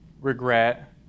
regret